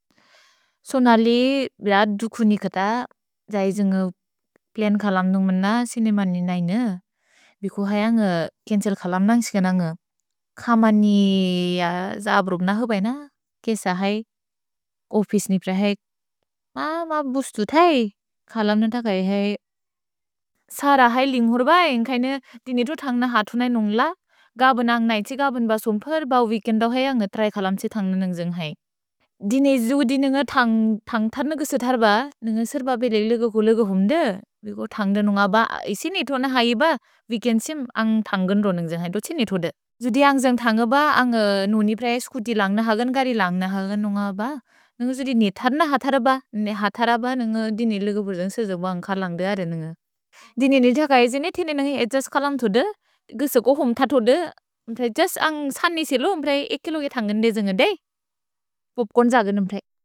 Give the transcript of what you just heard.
सोनलि बेअ दुकुनिकत, जैजुन्ग प्लेन् खलम् नुन्ग्मन सिनेमनि नैन। भिकु है अन्ग् केन्त्सेल् खलम् नन्ग् सिग नन्ग् खमनि जाब्रुब् न होबेइन। केस है, ओफिस् नि प्रए है। मा मा बुसुत् है, खलम् नन्त कै है। सर है लिन्गुर् बै, अन्ग् कैन दिनितु थन्गन हतु न नुन्ग्ल। गबन् अन्ग् नैति, गबन् ब सुम्पर्, ब विकेन्दौ है अन्ग् त्रै खलम् त्से थन्गन नन्ग् जुन्ग् है। दिने जुदि नुन्ग थन्ग् थर्न गुस थर्ब, नुन्ग सेर्ब बेल इलग कुलेग हुम्दे, बिको थन्गन नुन्ग ब इसि नितोन हैब, विकेन्द्सेम् अन्ग् थन्गन रो नन्ग् जुन्ग् है, तोत्से नितोद। जुदि अन्ग् जुन्ग् थन्गन ब, अन्ग् नुनि प्रए स्कुति लन्गन हगन्, गरि लन्गन हगन् नुन्ग ब, नुन्ग जुदि नितर्न हतर ब, ने हतर ब, नुन्ग दिने इलग बुर्दन्ग् सेजबु अन्ग् खलन्गद अर नुन्ग। दिने निल्त कै जिने, तिने नुन्ग एद्जस् खलन्तोद, गुस कोहुम् ततोद, एद्जस् अन्ग् सनि सिलु, म्प्रए एकिलोके थन्गन दे जुन्ग दै। उप्कोन्द् ज गुनुन्ग् प्रए।